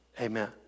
amen